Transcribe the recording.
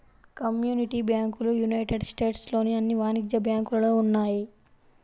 community బ్యాంకులు United States లోని అన్ని వాణిజ్య బ్యాంకులలో ఉన్నాయి